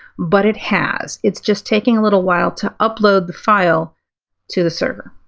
but it has it's just taking a little while to upload the file to the server.